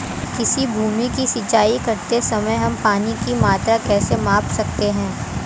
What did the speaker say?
किसी भूमि की सिंचाई करते समय हम पानी की मात्रा कैसे माप सकते हैं?